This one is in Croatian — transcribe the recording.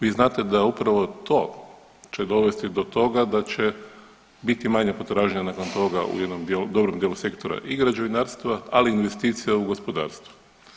Vi znate da upravo to će dovesti do toga da će biti manja potražnja nakon toga u jednom dobrom sektoru i građevinarstva, ali i investicija u gospodarstvu.